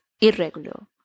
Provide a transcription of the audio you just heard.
irregular